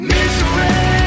Misery